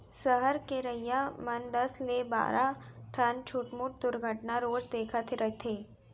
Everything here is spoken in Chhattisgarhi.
सहर के रहइया मन दस ले बारा ठन छुटमुट दुरघटना रोज देखत रथें